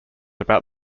about